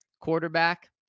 Quarterback